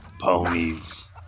ponies